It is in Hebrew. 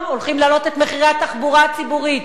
הולכים להעלות את מחירי התחבורה הציבורית.